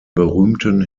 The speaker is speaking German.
berühmten